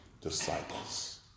disciples